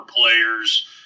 players